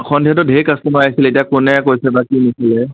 সন্ধিয়াতো ধেৰ কাষ্টমাৰ আহিছিলে এতিয়া কোনে কৈছে বা কি নিছিলে